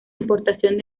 importación